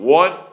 one